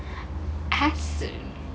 costume